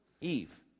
Eve